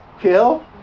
kill